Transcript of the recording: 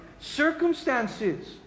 circumstances